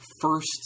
first